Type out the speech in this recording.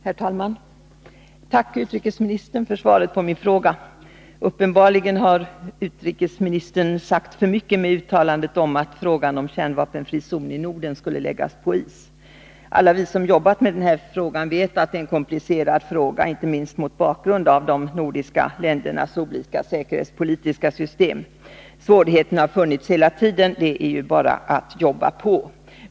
Herr talman! Tack, utrikesministern, för svaret på min fråga! Uppenbarligen har utrikesministern sagt för mycket med uttalandet om att frågan om en kärnvapenfri zon i Norden skulle läggas på is. Alla vi som jobbat med den här frågan vet att det är en komplicerad fråga, inte minst mot bakgrund av de nordiska ländernas olika säkerhetspolitiska system. Svårigheterna har funnits hela tiden; det är bara att jobba på.